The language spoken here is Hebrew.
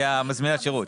מזמינת השירות.